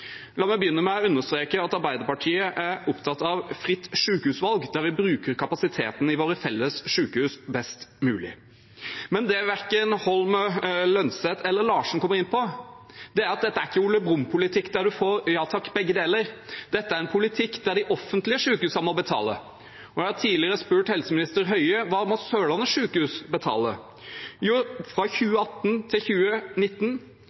La meg begynne med å understreke at Arbeiderpartiet er opptatt av fritt sykehusvalg, der vi bruker kapasiteten i våre felles sykehus best mulig. Men det verken Holm Lønseth eller Larsen kommer inn på, er at dette er ikke Ole Brumm-politikk der man får ja takk, begge deler, dette er en politikk der de offentlige sykehusene må betale. Jeg har tidligere spurt helseminister Høie om hva Sørlandet sykehus må betale. Jo, fra 2018 til 2019